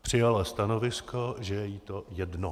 Přijala stanovisko, že je jí to jedno.